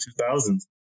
2000s